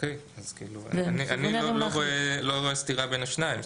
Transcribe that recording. --- אני לא רואה סתירה בין השניים.